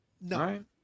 No